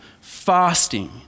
Fasting